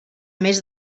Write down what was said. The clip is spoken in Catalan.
més